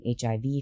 HIV